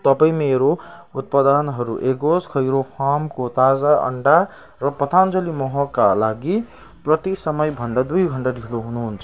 तपाईँ मेरो उत्पादनहरू एगोज खैरो फार्मको ताजा अन्डा र पतञ्जलि महका लागि प्राप्ति समयभन्दा दुई घन्टा ढिलो हुनुहुन्छ